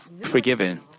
forgiven